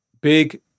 big